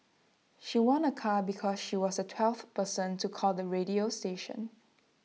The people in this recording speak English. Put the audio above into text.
she won A car because she was the twelfth person to call the radio station